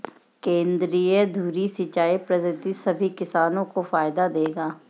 केंद्रीय धुरी सिंचाई पद्धति सभी किसानों को फायदा देगा